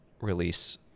release